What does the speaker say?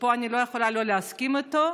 ופה אני לא יכולה שלא להסכים איתו,